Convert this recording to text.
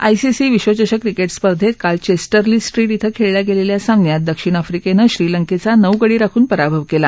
ICC विश्वचषक स्पर्धेत काल चेस्टर ली स्ट्रीट इथं खेळल्या गेलेल्या सामन्यात दक्षिण अफ्रिकेनं श्रीलंकेचा नऊ गडी राखून पराभव केला